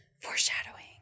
Foreshadowing